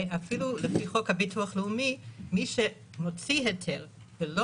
ואפילו לפי חוק הביטוח הלאומי מי שמוציא היתר ולא